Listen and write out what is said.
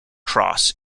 cross